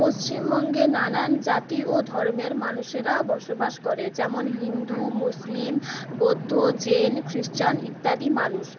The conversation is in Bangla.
পশ্চিমবঙ্গে নানান জাতি ও ধর্মের মানুষেরা বসবাস করে যেমন হিন্দু মুসলিম বৌদ্ধ জেন খ্রিশ্চান ইত্যাদি মানুষ